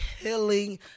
Killing